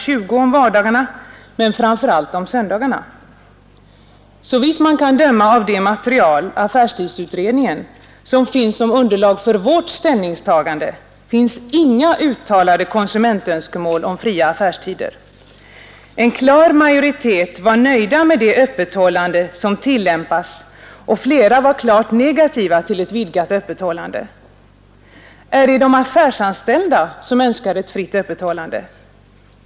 20.00 om vardagarna men framför allt om söndagarna? Såvitt man kan döma av det material, affärstidsutredningen, som finns som underlag för vårt ställningstagande, föreligger inga uttalade konsumentönskemål om fria affärstider. En klar majoritet var nöjd med det öppethållande som tillämpas, och flera var klart negativa till ett vidgat öppethållande. Är det de affärsanställda som önskar ett fritt öppethållande?